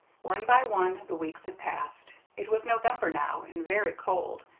one by one the weeks had passed. it was november now, and very cold.